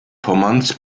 pommerns